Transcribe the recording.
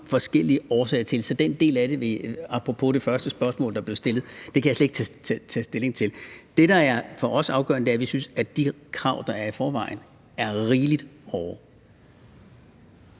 forskellige årsager til det. Så den del af det – apropos det første spørgsmål, der blev stillet – kan jeg slet ikke tage stilling til. Det, der for os er afgørende, er, at vi synes, at de krav, der er i forvejen, er rigeligt hårde.